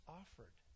offered